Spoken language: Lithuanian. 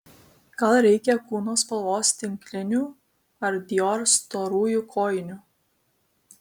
gal reikia kūno spalvos tinklinių ar dior storųjų kojinių